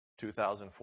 2004